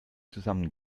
zusammen